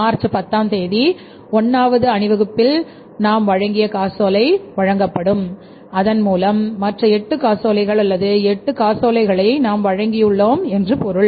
March 10 ஆம் தேதி 1 வது அணிவகுப்பில் நாங்கள் வழங்கிய காசோலை வழங்கப்படும் இதன் மூலம் மற்ற 8 காசோலைகள் அல்லது 8 காசோலைகளை நாம் வழங்கியுள்ளோம் என்று பொருள்